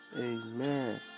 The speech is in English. Amen